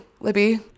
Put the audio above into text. libby